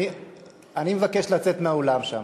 אני מבקש לצאת מהאולם שם.